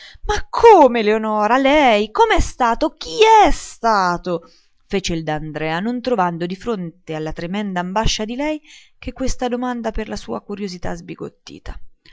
ma come eleonora lei com'è stato chi è stato fece il d'andrea non trovando di fronte alla tremenda ambascia di lei che questa domanda per la sua curiosità sbigottita